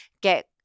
get